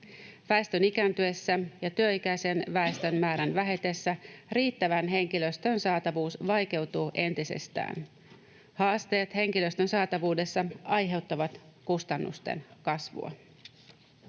Väestön ikääntyessä ja työikäisen väestön määrän vähetessä riittävän henkilöstön saatavuus vaikeutuu entisestään. Haasteet henkilöstön saatavuudessa aiheuttavat kustannusten kasvua.